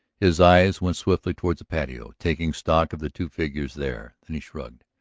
his eyes went swiftly toward the patio, taking stock of the two figures there. then he shrugged,